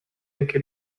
anche